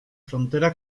frontera